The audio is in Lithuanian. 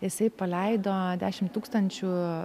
jisai paleido dešimt tūkstančių